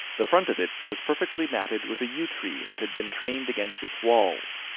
the front of it was perfectly matted with a yew-tree that had been trained against its walls,